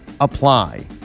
apply